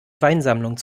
weinsammlung